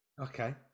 Okay